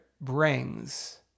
brings